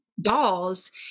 dolls